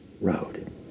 Road